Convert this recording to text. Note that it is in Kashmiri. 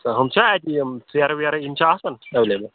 ہُم چھا اَتہِ یِم ژیرٕ ویرٕ یِم چھےٚ آسان اٮ۪ولیبٕل